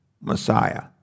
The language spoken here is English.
Messiah